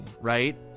right